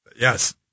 Yes